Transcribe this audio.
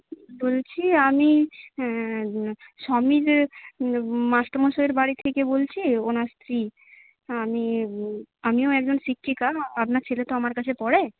বলছি আমি সমীরের মাস্টারমশাইয়ের বাড়ি থেকে বলছি ওনার স্ত্রী আমি আমিও একজন শিক্ষিকা আপনার ছেলে তো আমার কাছে পড়ে